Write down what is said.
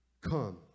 Come